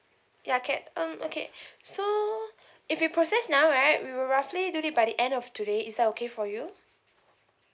ya can um okay so if you process now right we will roughly do it by the end of today is that okay for you